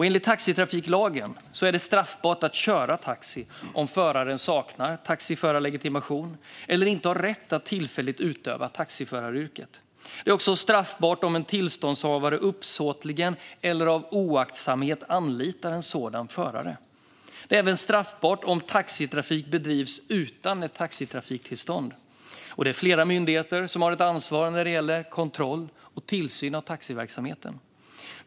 Enligt taxitrafiklagen är det straffbart att köra taxi om föraren saknar taxiförarlegitimation eller inte har rätt att tillfälligt utöva taxiföraryrket. Det är också straffbart om en tillståndshavare uppsåtligen eller av oaktsamhet anlitar en sådan förare. Det är även straffbart om taxitrafik bedrivs utan ett taxitrafiktillstånd. Det är flera myndigheter som har ett ansvar när det gäller kontroll och tillsyn av taxiverksamhet.